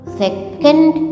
second